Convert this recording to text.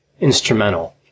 instrumental